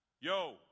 yo